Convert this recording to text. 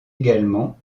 également